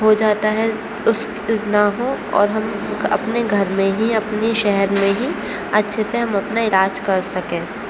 ہو جاتا ہے اس نہ ہو اور ہم اپنے گھر میں ہی اپنی شہر میں ہی اچھے سے ہم اپنا علاج کر سکیں